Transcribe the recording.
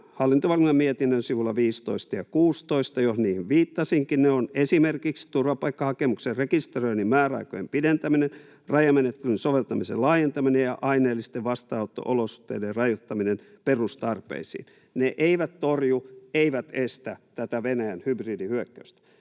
hallintovaliokunnan mietinnön sivuilla 15 ja 16 — niihin jo viittasinkin. Niitä ovat esimerkiksi turvapaikkahakemuksen rekisteröinnin määräaikojen pidentäminen, rajamenettelyn soveltamisen laajentaminen ja aineellisten vastaanotto-olosuhteiden rajoittaminen perustarpeisiin. Ne eivät torju eivätkä estä tätä Venäjän hybridihyökkäystä.